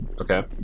Okay